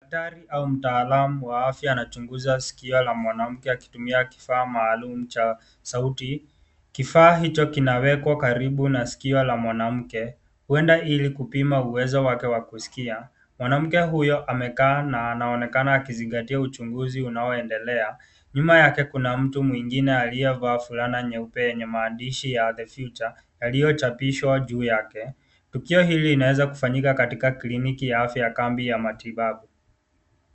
Daktari au mtaalamu wa afya anachunguza sikio la mwanamke akitumia kifaa maalum cha sauti. Kifaa hicho kinawekwa karibu na sikio la mwanamke, huenda ili kupima uwezo wake wa kusikia. Mwanamke huyo amekaa na anaonekana akizingatia uchunguzi unaoendelea. Nyuma yake kuna mtu mwingine aliyevaa fulana nyeupe yenye maandishi ya the future , yaliochapishwa juu yake. Tukio hili linaweza kufanyika katika kliniki ya afya ya kambi ya matibabu.